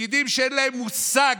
פקידים שאין להם מושג